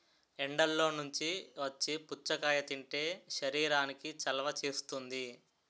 ఎండల్లో నుంచి వచ్చి పుచ్చకాయ తింటే శరీరానికి చలవ చేస్తుంది